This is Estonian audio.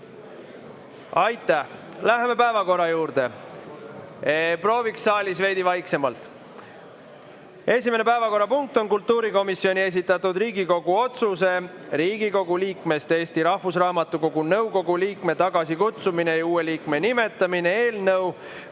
Purga. Läheme päevakorra juurde. Prooviks saalis veidi vaiksemalt. Esimene päevakorrapunkt on kultuurikomisjoni esitatud Riigikogu otsuse "Riigikogu liikmest Eesti Rahvusraamatukogu nõukogu liikme tagasikutsumine ja uue liikme nimetamine" eelnõu